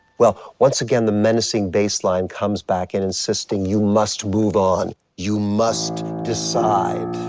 well, once again, the menacing bass line comes back in, insisting you must move on. you must decide.